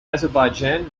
azerbaijan